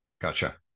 Gotcha